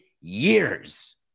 years